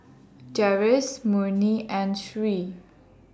Deris Murni and Sri